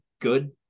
good